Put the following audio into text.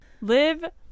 live